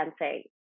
dancing